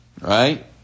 Right